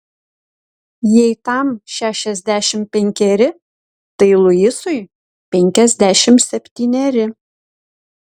jei tam šešiasdešimt penkeri tai luisui penkiasdešimt septyneri